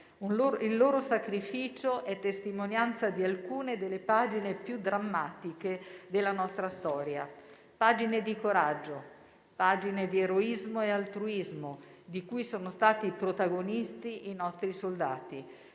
Il loro sacrificio è testimonianza di alcune delle pagine più drammatiche della nostra storia: pagine di coraggio, pagine di eroismo e altruismo, di cui sono stati protagonisti i nostri soldati,